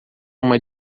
uma